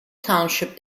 township